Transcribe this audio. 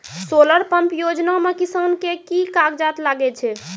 Solar pump योजना म किसान के की कागजात लागै छै?